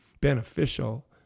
beneficial